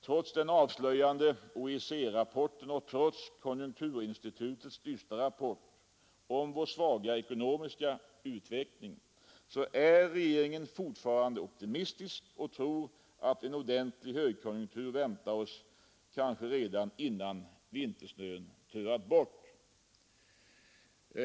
trots den avslöjande OECD-rapporten och trots konjunkturinstitutets dystra rapport om vår svaga ekonomiska utveckling är regeringen fortfarande optimistisk och tror att en ordentlig högkonjunktur väntar oss kanske redan innan vintersnön töat bort.